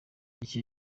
icyo